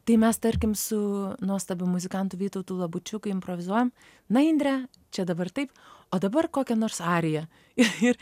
tai mes tarkim su nuostabiu muzikantu vytautu labučiu kai improvizuojam na indre čia dabar taip o dabar kokią nors ariją ir